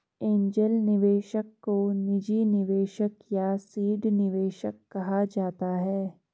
angel निवेशक को निजी निवेशक या सीड निवेशक कहा जाता है